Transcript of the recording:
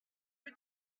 rue